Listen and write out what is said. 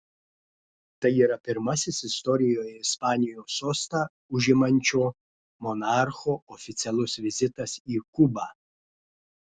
tai yra pirmasis istorijoje ispanijos sostą užimančio monarcho oficialus vizitas į kubą